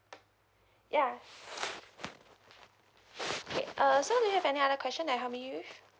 ya okay uh so do you have any other question that I can help you with